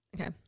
Okay